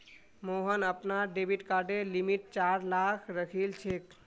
मोहन अपनार डेबिट कार्डेर लिमिट चार लाख राखिलछेक